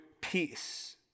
peace